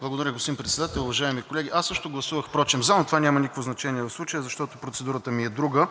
Благодаря, господин Председател. Уважаеми колеги, аз също гласувах впрочем за, но това няма никакво значение в случая, защото процедурата ми е друга.